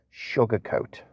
sugarcoat